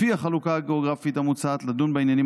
לפי החלוקה הגיאוגרפית המוצעת לדון בעניינים